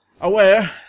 aware